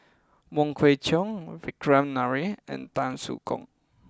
Wong Kwei Cheong Vikram Nair and Tan Soo Khoon